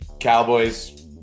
Cowboys